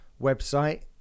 website